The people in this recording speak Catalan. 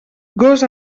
gos